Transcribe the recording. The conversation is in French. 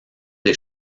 des